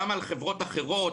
גם על חברות אחרות,